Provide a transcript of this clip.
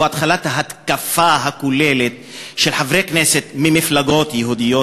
או התחלת ההתקפה הכוללת של חברי כנסת ממפלגות יהודיות